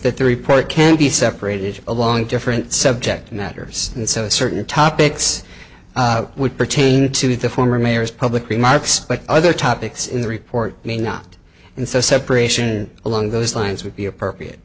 that the report can be separated along different subject matters and so certain topics would pertain to the former mayor as public remarks but other topics in the report may not and so separation along those lines would be appropriate